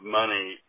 money